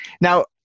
Now